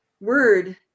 word